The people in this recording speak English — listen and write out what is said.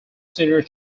senior